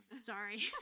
Sorry